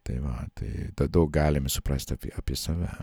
tai va tai tad daug galime suprast apie apie save